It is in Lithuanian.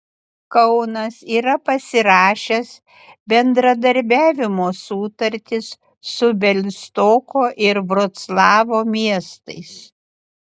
kaunas yra pasirašęs bendradarbiavimo sutartis su bialystoko ir vroclavo miestais